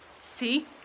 See